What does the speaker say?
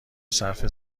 صرف